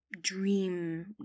dream